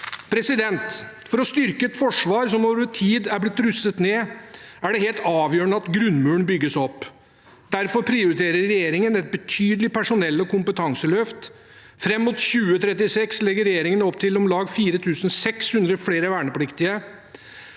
For å styrke et forsvar som over tid er blitt rustet ned, er det helt avgjørende at grunnmuren bygges opp. Derfor prioriterer regjeringen et betydelig personell- og kompetanseløft. Fram mot 2036 legger regjeringen opp til om lag 4 600 flere vernepliktige,